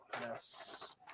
Yes